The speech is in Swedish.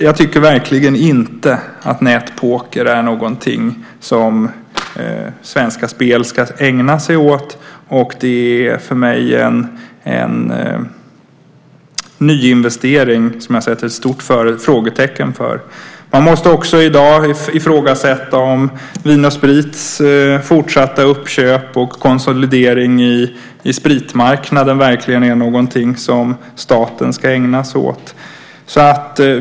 Jag tycker verkligen inte att nätpoker är någonting som Svenska Spel ska ägna sig åt. Det är för mig en nyinvestering som jag sätter ett stort frågetecken för. Man måste i dag också ifrågasätta Vin & Sprits fortsatta uppköp och konsolidering på spritmarknaden verkligen är någonting som staten ska ägna sig åt.